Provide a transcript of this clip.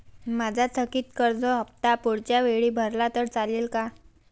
माझा थकीत कर्ज हफ्ता पुढच्या वेळी भरला तर चालेल का?